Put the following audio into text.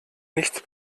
nichts